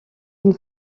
une